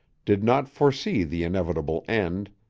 did not foresee the inevitable end,